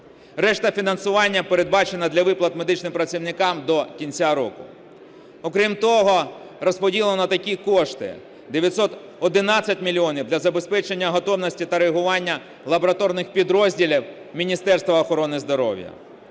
Решта фінансування передбачена для виплат медичним працівникам до кінця року. Окрім того, розподілено такі кошти: 911 мільйонів для забезпечення готовності та реагування лабораторних підрозділів Міністерства охорони здоров'я.